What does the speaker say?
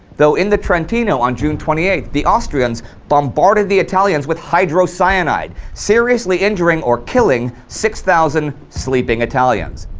though in the trentino on june twenty eighth, the austrians bombarded the italians with hydrocyanide, seriously injuring or killing six thousand sleeping italians.